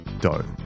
dough